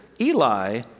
Eli